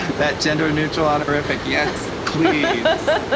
that gender neutral honorific. yes please! but